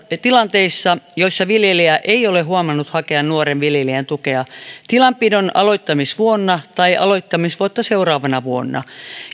tilanteissa joissa viljelijä ei ole huomannut hakea nuoren viljelijän tukea tilanpidon aloittamisvuonna tai aloittamisvuotta seuraavana vuonna